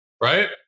right